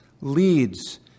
leads